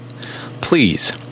Please